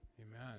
Amen